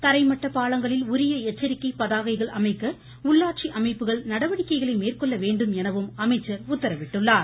தரைமட்ட பாலங்களில் உரிய எச்சரிக்கை பதாகைகள் அமைக்க உள்ளாட்சி அமைப்புகள் நடவடிக்கைகளை மேற்கொள்ள வேண்டும் எனவும் அவர் உத்தரவிட்டுள்ளார்